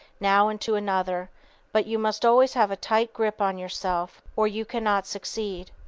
now into another but you must always have a tight grip on yourself, or you cannot succeed.